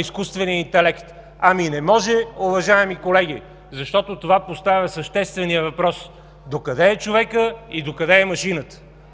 изкуствения интелект? Ами не може, уважаеми колеги, защото това поставя съществения въпрос: докъде е човекът и докъде е машината.